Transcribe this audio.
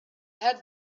had